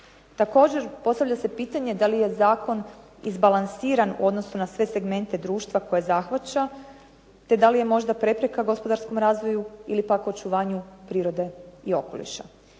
Također postavlja se pitanje da li je zakon izbalansiran u odnosu na sve segmente društva koje zahvaća, te da li je možda prepreka gospodarskom razvoju ili pak očuvanju prirode i okoliša.